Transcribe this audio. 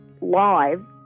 live